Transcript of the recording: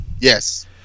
yes